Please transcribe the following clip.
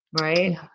right